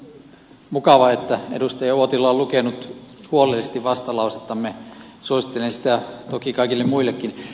on mukava että edustaja uotila on lukenut huolellisesti vastalausettamme suosittelen sitä toki kaikille muillekin